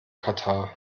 katar